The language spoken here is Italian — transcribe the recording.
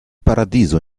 paradiso